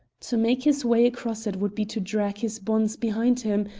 to make his way across it would be to drag his bonds behind him,